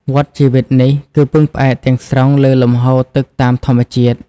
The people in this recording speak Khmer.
វដ្តជីវិតនេះ គឺពឹងផ្អែកទាំងស្រុងលើលំហូរទឹកតាមធម្មជាតិ។